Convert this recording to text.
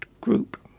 group